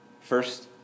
First